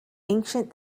ancient